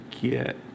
get